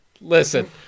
listen